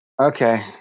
Okay